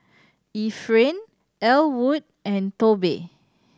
Efrain Ellwood and Tobe